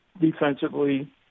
defensively